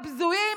הבזויים,